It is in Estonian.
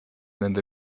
nende